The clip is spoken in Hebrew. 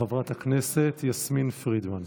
חברת הכנסת יסמין פרידמן.